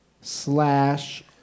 Slash